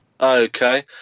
Okay